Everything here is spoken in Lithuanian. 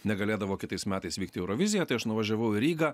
negalėdavo kitais metais vykti į euroviziją tai aš nuvažiavau į rygą